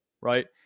Right